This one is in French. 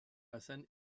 hassan